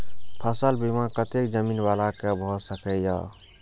फसल बीमा कतेक जमीन वाला के भ सकेया?